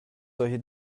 solche